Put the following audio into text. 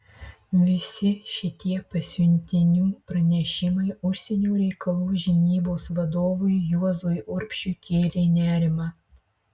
visi šitie pasiuntinių pranešimai užsienio reikalų žinybos vadovui juozui urbšiui kėlė nerimą